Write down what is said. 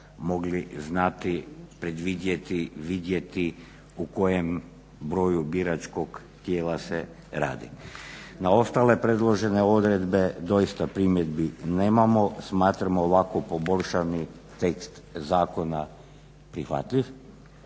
mogli znati predvidjeti, vidjeti o kojem broju biračkog tijela se radi. Na ostale predložene odredbe doista primjedbi nemamo. Smatramo ovako poboljšani tekst zakona prihvatljiv